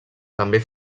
també